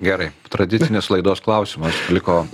gerai tradicinis laidos klausimas liko